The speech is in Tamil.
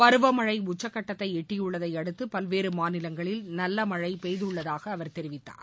பருவமழை உச்சகட்டத்தை எட்டியுள்ளதை அடுத்து பல்வேறு மாநிலங்களில் நல்ல மழை பெய்துள்ளதாக தெரிவித்துள்ளார்